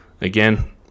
Again